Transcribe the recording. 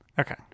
Okay